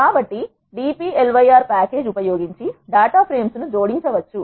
కాబట్టి dplyr package ఉపయోగించి data frames ను జోడించవచ్చు